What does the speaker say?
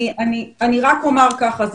אני רק אומר ככה,